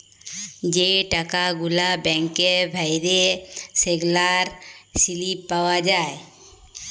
যে টাকা গুলা ব্যাংকে ভ্যইরে সেগলার সিলিপ পাউয়া যায়